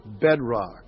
bedrock